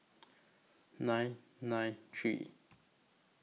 nine nine three